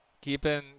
keeping